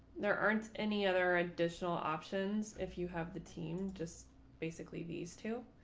there aren't any other additional options if you have the team, just basically these two,